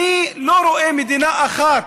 אני לא רואה מדינה אחת